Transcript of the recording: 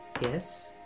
yes